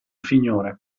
signore